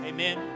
Amen